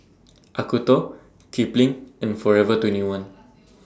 Acuto Kipling and Forever twenty one